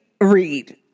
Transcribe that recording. read